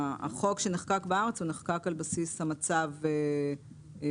החוק שנחוקק בארץ נחקק על בסיס המצב באירופה.